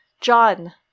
John